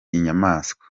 inyamaswa